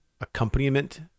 accompaniment